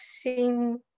seen